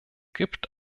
gibt